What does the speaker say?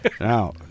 Now